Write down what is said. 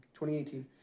2018